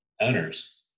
owners